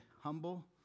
humble